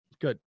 good